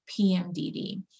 PMDD